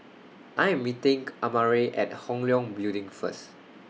I Am meeting Amare At Hong Leong Building First